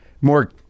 more